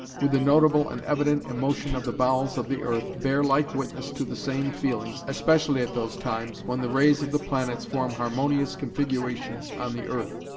with the notable and evident emotion of the bowels of the earth, bear like witness to the same feelings, especially at those times when the rays of the planets form harmonious configurations on the earth,